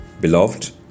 Beloved